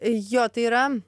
jo tai yra